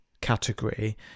category